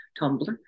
Tumblr